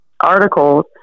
articles